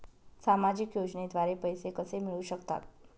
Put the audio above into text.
सामाजिक योजनेद्वारे पैसे कसे मिळू शकतात?